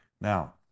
Now